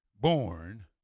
born